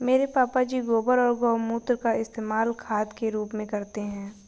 मेरे पापा जी गोबर और गोमूत्र का इस्तेमाल खाद के रूप में करते हैं